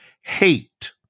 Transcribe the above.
hate